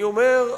אני אומר,